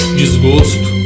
desgosto